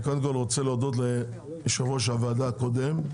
אני קודם כל רוצה להודות ליושב-ראש הוועדה הקודם,